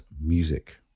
Music